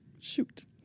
Shoot